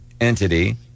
entity